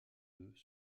œufs